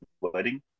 wedding